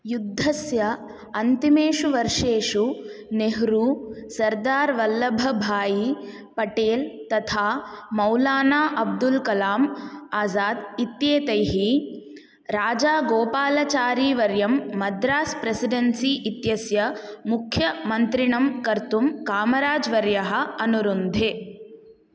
युद्धस्य अन्तिमेषु वर्षेषु नेहरू सर्दार् वल्लभभाई पटेल् तथा मौलाना अब्दुल् कलाम् आज़ाद् इत्येतैः राजागोपालचारीवर्यं मद्रास् प्रेसिडेन्सि इत्यस्य मुख्यमन्त्रिणं कर्तुम् कामराज् वर्यः अनुरुन्धे